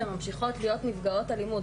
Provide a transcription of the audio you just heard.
שממשיכות להיות נפגעות אלימות,